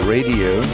Radio